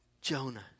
Jonah